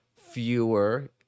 fewer